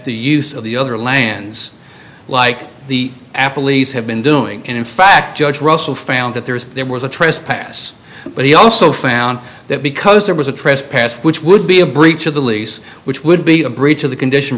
the use of the other lands like the apple lease have been doing and in fact judge russell found that there is there was a trespass but he also found that because there was a trespass which would be a breach of the lease which would be a breach of the condition